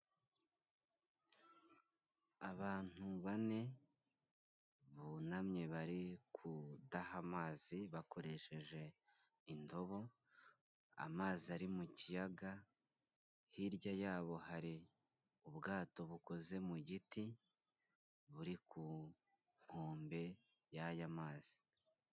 Abantu bane bunamye bari kudaha amazi bakoresheje indobo, amazi ari mu kiyaga, hirya yabo hari ubwato bukoze mu giti buri ku nkombe y'aya mazi.